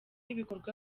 ibikorwa